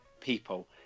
people